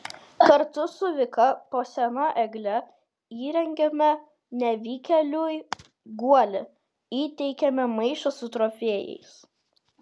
kartu su vika po sena egle įrengiame nevykėliui guolį įteikiame maišą su trofėjais